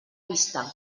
vista